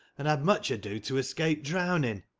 and had much ado to escape drowning.